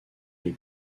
les